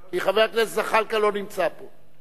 כי חבר הכנסת זחאלקה לא נמצא פה.